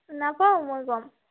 নাপাওঁ মই গম